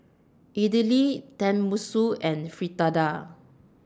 Idili Tenmusu and Fritada